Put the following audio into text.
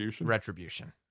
Retribution